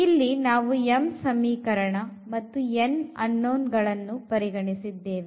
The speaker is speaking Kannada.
ಇಲ್ಲಿ ನಾವುm ಸಮೀಕರಣ ಮತ್ತು n unknown ಗಳನ್ನು ಪರಿಗಣಿಸಿದ್ದೇವೆ